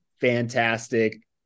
fantastic